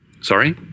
Sorry